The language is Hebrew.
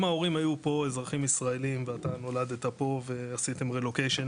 אם ההורים היו פה אזרחים ישראלים ואתה נולדת פה ועשיתם מעבר,